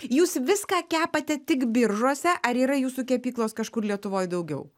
jūs viską kepate tik biržuose ar yra jūsų kepyklos kažkur lietuvoj daugiau